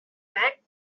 back